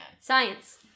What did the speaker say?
Science